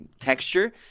texture